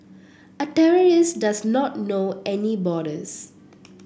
a terrorist does not know any borders